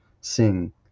sing